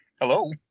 hello